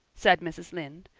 said mrs. lynde.